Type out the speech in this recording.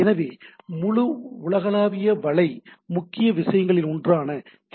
எனவே முழு உலகளாவிய வலை முக்கிய விஷயங்களில் ஒன்றான ஹெச்